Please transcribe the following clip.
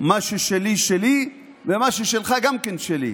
מה ששלי שלי ומה ששלך גם כן שלי.